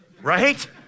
right